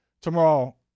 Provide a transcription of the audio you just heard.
tomorrow